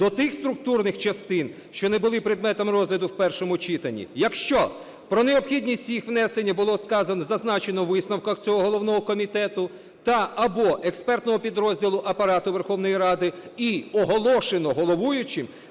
до тих структурних частин, що не були предметом розгляду в першому читанні, якщо про необхідність їх внесення було сказано, зазначено у висновках цього головного комітету та/або експертного підрозділу Апарату Верховної Ради і оголошено головуючим